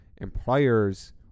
employers